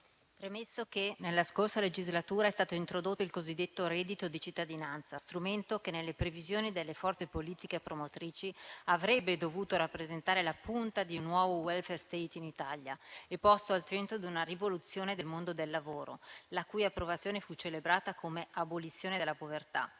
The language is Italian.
premesso che nella scorsa legislatura è stato introdotto il cosiddetto reddito di cittadinanza, strumento che, nelle previsioni delle forze politiche promotrici, avrebbe dovuto rappresentare la punta di un nuovo *welfare state* in Italia, posto al centro di una rivoluzione del mondo del lavoro, la cui approvazione fu celebrata come abolizione della povertà,